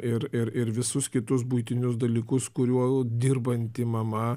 ir ir ir visus kitus buitinius dalykus kuriuo dirbanti mama